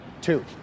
two